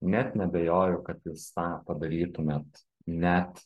net neabejoju kad jūs tą padarytumėt net